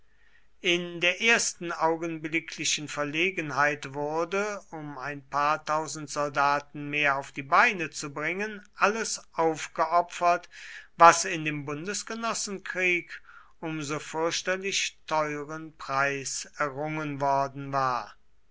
in der ersten augenblicklichen verlegenheit wurde um ein paar tausend soldaten mehr auf die beine zu bringen alles aufgeopfert was in dem bundesgenossenkrieg um so fürchterlich teuren preis errungen worden war